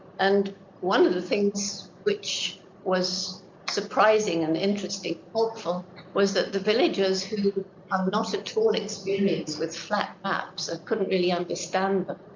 and one of the things which was surprising and interesting, hopeful was that the villagers who are not at all experienced with flat maps and couldn't really understand them,